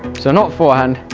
so not forehand.